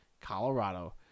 Colorado